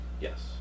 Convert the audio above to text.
Yes